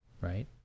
right